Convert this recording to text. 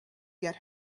get